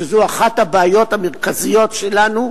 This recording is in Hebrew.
שזו אחת הבעיות המרכזיות שלנו,